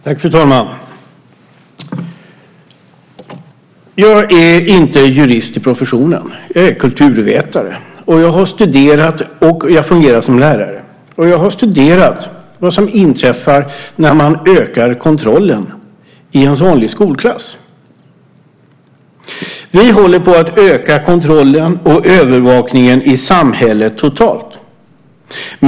Fru talman! Jag är inte jurist till professionen. Jag är kulturvetare, och jag fungerar som lärare. Jag har studerat vad som inträffar när man ökar kontrollen i en vanlig skolklass. Vi håller på att öka kontrollen och övervakningen i samhället totalt.